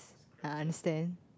I understand